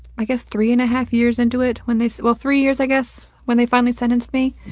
i guess three and half years into it when they well, three years i guess, when they finally sentenced me.